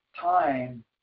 time